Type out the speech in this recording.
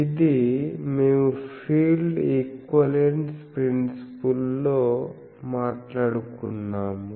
ఇది మేము field equivalence principle లో మాట్లాడుకున్నాము